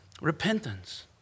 Repentance